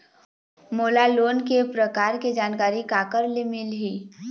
मोला लोन के प्रकार के जानकारी काकर ले मिल ही?